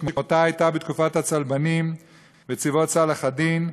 שכמותה הייתה בתקופת הצלבנים וצבאות צלאח א-דין,